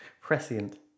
Prescient